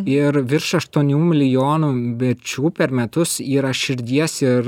ir virš aštuonių milijonų mirčių per metus yra širdies ir